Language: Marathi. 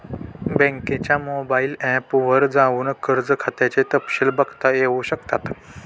बँकेच्या मोबाइल ऐप वर जाऊन कर्ज खात्याचे तपशिल बघता येऊ शकतात